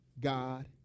God